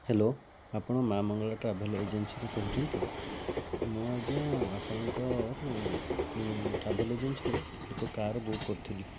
hello ଆପଣ Maa' Mangala travel ଏଜେନ୍ସିରୁ କହୁଛନ୍ତି ମୁଁ ଆଜ୍ଞା ଆପଣଙ୍କରୁ ଟ୍ରାଭେଲ୍ ଏଜେନ୍ସିରୁ ଏକ କାର୍ ବୁକ୍ କରିଥିଲି